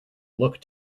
look